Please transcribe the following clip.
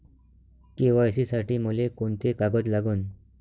KYC साठी मले कोंते कागद लागन?